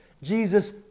Jesus